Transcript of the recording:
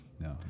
no